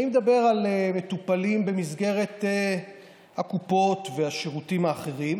אני מדבר על מטופלים במסגרת הקופות והשירותים האחרים.